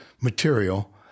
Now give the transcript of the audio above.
material